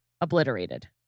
obliterated